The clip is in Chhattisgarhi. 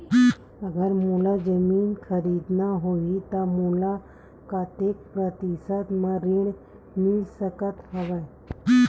अगर मोला जमीन खरीदना होही त मोला कतेक प्रतिशत म ऋण मिल सकत हवय?